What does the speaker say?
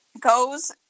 goes